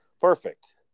Perfect